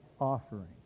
offering